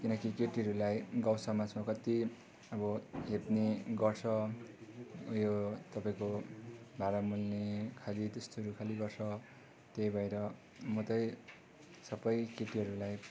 किनकि केटीहरूलाई गाउँ समाजमा कति अब हेप्ने गर्छ यो तपाईँको भाँडा मोल्ने खालि त्यस्तोहरू खालि गर्छ त्यही भएर म त्यही सबै केटीहरूलाई